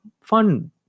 fun